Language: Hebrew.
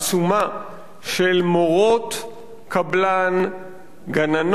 של מורות-קבלן, גננות-קבלן,